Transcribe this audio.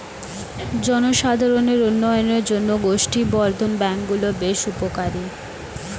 জনসাধারণের উন্নয়নের জন্য গোষ্ঠী বর্ধন ব্যাঙ্ক গুলো বেশ উপকারী